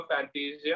Fantasia